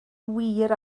wir